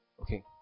Okay